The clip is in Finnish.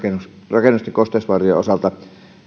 rakennusten kosteusvaurioitten osalta